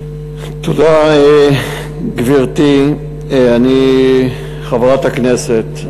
תודה, גברתי חברת הכנסת.